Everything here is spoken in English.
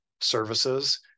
services